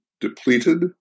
depleted